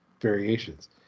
variations